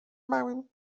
małym